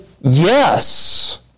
yes